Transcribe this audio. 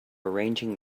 arranging